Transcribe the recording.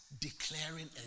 declaring